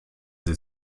sie